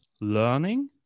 learning